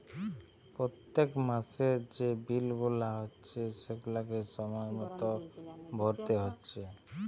পোত্তেক মাসের যে বিল গুলা হচ্ছে সেগুলাকে সময় মতো ভোরতে হচ্ছে